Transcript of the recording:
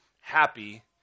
happy